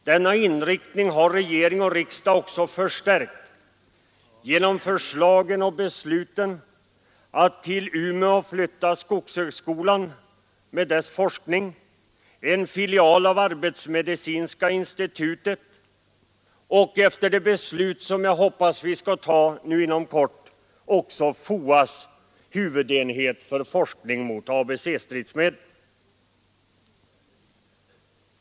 Denna inriktning har regering och riksdag också förstärkt genom förslagen och besluten att till Umeå flytta skogshögskolan med dess forskning, en filial av arbetsmedicinska institutet och — efter det beslut som jag hoppas att vi inom kort skall fatta — också FOA s huvudenhet för forskning mot ABC-stridsmedel.